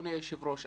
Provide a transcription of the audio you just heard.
אדוני היושב-ראש,